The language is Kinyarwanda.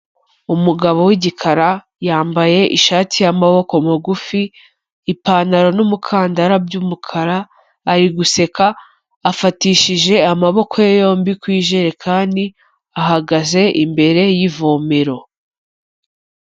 Umugabo w'igikara yambaye ishati y'amaboko magufi, ipantaro n'umukandara by'umukara, ari guseka afatishije amaboko ye yombi ku jerekani, ahagaze imbere y'ivomero.